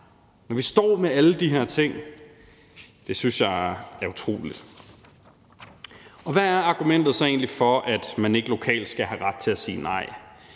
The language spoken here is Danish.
når vi står med alle de her ting. Det synes jeg er utroligt. Hvad er argumentet så egentlig for, at man ikke lokalt skal have ret til at sige nej?